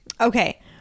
okay